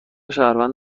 شهروند